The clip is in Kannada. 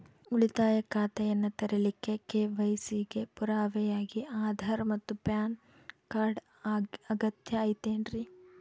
ಉಳಿತಾಯ ಖಾತೆಯನ್ನ ತೆರಿಲಿಕ್ಕೆ ಕೆ.ವೈ.ಸಿ ಗೆ ಪುರಾವೆಯಾಗಿ ಆಧಾರ್ ಮತ್ತು ಪ್ಯಾನ್ ಕಾರ್ಡ್ ಅಗತ್ಯ ಐತೇನ್ರಿ?